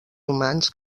humans